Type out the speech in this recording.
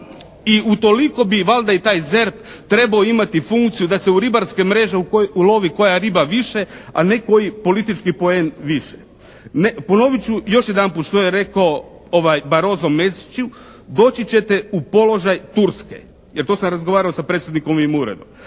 I u toliko bi valjda i taj ZERP trebao imati funkciju da se u ribarske mreže ulovi koja riba više, a ne koji politički poen više. Ponovit ću još jedanput što je rekao Barroso Mesiću doći ćete u položaj Turske. Jer to sam razgovarao sa Predsjednikovim uredom.